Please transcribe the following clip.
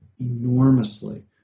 enormously